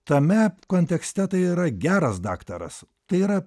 tame kontekste tai yra geras daktaras tai yra